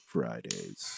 Fridays